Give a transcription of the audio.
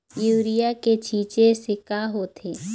Urea के छींचे से का होथे?